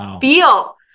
feel